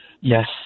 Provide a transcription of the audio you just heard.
Yes